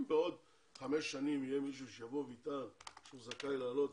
בעוד חמש שנים יהיה מישהו שיטען שהוא זכאי לעלות,